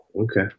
okay